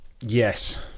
Yes